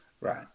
right